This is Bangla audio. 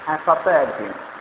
হ্যাঁ সপ্তাহে একদিন